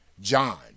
John